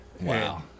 Wow